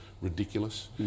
ridiculous